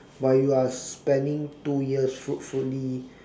but you are spending two years fruitfully